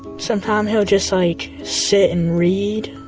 sometimes he'll just, like, sit and read.